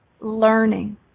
learning